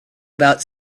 about